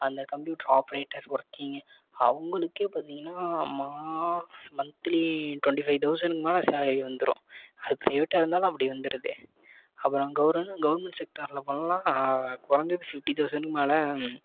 அந்த computer operator working அவங்களுக்கே பார்த்திங்கன்னா மா மன்ந்த்லி டுவெண்ட்டி ஃபைவ் தௌசண்க்கு மேல சலரி வந்துடும் அது பிரைவேட்டாக இருந்தாலும் அப்படி வந்துடுது அப்புறம் கவுர்மெ கவுர்மெண்ட் செக்டாரில் பண்ணலாம் கொறைஞ்சது ஃப்ஃப்டி தௌசண்க்கு மேல